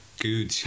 Good